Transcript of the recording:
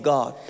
God